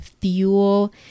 fuel